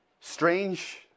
strange